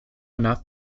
enough